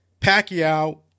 Pacquiao